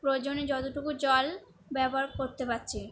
প্রয়োজনে যতটুকু জল ব্যবহার করতে পারছি